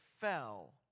fell